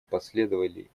последовали